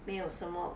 没有什么